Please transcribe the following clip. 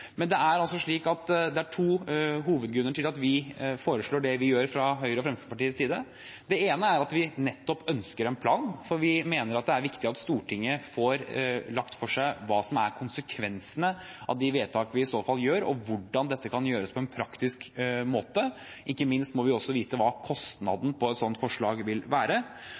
Men det er slik at det er to hovedgrunner til at vi foreslår det vi gjør fra Høyre og Fremskrittspartiets side. Det ene er at vi ønsker en plan, for vi mener det er viktig at Stortinget får lagt frem for seg hva som er konsekvensene av de vedtakene vi i så fall gjør, og hvordan dette kan gjøres på en praktisk måte. Ikke minst må vi vite hva kostnaden ved et slikt forslag vil være.